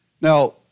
Now